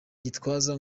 gitwaza